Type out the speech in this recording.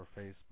Facebook